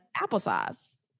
applesauce